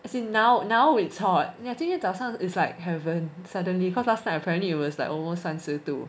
as in now now it's hot 今天早上 is like heaven suddenly cause last night it was apparently it was like almost 三十度